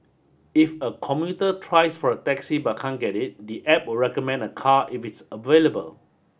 if a commuter tries for a taxi but can't get it the App will recommend a car if it's available